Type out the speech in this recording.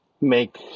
make